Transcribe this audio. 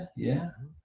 yeah.